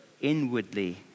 inwardly